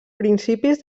principis